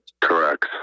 Correct